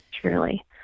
truly